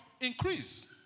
increase